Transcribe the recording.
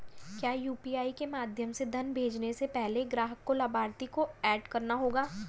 क्या यू.पी.आई के माध्यम से धन भेजने से पहले ग्राहक को लाभार्थी को एड करना होगा?